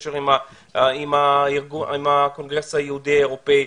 בקשר עם הקונגרס היהודי האירופאי,